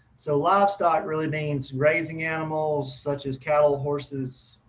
so livestock really means raising animals such as cattle, horses,